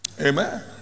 Amen